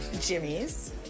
Jimmy's